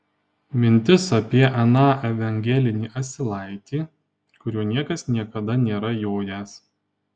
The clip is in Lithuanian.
mintis apie aną evangelinį asilaitį kuriuo niekas niekada nėra jojęs